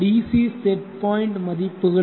DC set point மதிப்புகள்